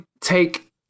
take